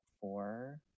four